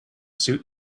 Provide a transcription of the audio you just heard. suit